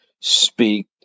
speak